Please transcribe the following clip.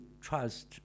trust